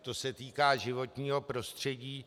To se týká životního prostředí.